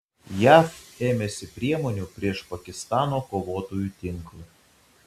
jav ėmėsi priemonių prieš pakistano kovotojų tinklą